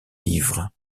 livres